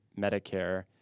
Medicare